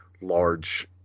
large